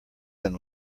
than